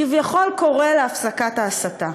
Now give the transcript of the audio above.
כביכול קורא להפסקת ההסתה.